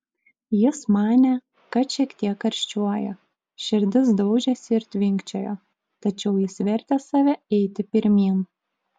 jis manė kad šiek tiek karščiuoja širdis daužėsi ir tvinkčiojo tačiau jis vertė save eiti pirmyn